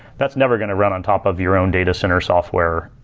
that's never going to run on top of your own data center software.